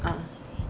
ah